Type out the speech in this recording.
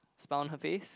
smile on her face